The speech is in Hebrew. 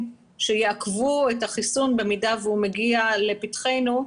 שיעכבו את החיסון במידה והוא מגיע לפתחנו.